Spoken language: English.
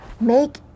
make